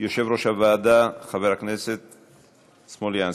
יושב-ראש הוועדה, חבר הכנסת סמולינסקי.